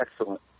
excellent